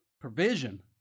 Provision